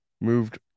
moved